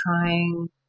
trying